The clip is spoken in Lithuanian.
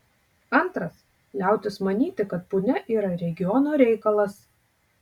antras liautis manyti kad punia yra regiono reikalas